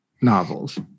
novels